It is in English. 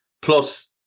Plus